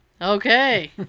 Okay